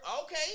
Okay